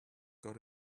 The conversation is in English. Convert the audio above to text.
got